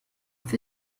für